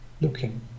looking